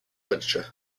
literature